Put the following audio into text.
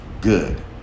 good